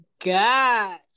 god